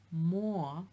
more